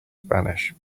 spanish